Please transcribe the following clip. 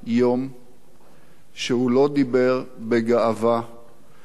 שהוא לא דיבר בגאווה ובעיניים בורקות